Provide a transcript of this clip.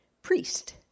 priest